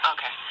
Okay